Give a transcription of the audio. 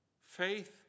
Faith